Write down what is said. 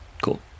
cool